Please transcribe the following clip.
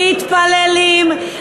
מתפללים.